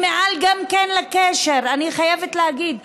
היא גם כן מעל לקשר, אני חייבת להגיד.